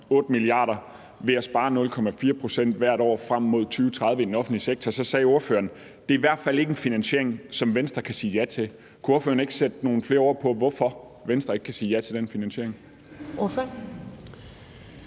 kr. ved at spare 0,4 pct. hvert år i den offentlige sektor frem mod 2030, sagde ordføreren, at det i hvert fald ikke er en finansiering, som Venstre kan sige ja til. Kunne ordføreren ikke sætte nogle flere ord på, hvorfor Venstre ikke kan sige ja til den finansiering?